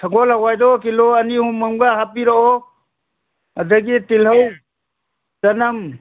ꯁꯒꯣꯜ ꯍꯋꯥꯏꯗꯣ ꯀꯤꯂꯣ ꯑꯅꯤ ꯑꯍꯨꯝ ꯑꯝꯒ ꯍꯥꯄꯤꯔꯛꯑꯣ ꯑꯗꯒꯤ ꯇꯤꯜꯂꯧ ꯆꯅꯝ